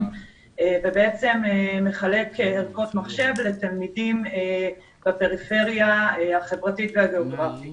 ובעצם מחלק ערכות מחשב לתלמידים בפריפריה החברתית והגיאוגרפית.